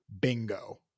Bingo